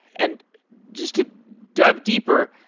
and just to dive deeper,